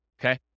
okay